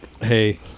Hey